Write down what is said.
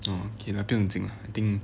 orh okay lah 不用经 lah I think